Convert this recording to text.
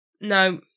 no